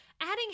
adding